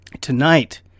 Tonight